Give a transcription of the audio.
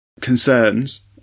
concerns